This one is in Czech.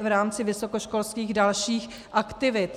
v rámci vysokoškolských dalších aktivit.